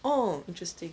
oh interesting